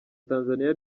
tanzaniya